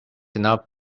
enough